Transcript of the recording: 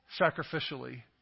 sacrificially